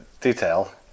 detail